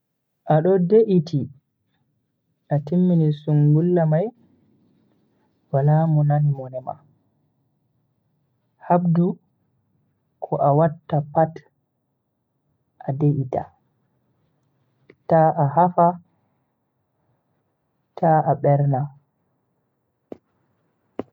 Ado de'iti a timmini sungulla mai wala mo nani mone ma. Habdu ko a watta pat, a de'ita ta a hafa ta a berna.